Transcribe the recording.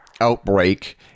outbreak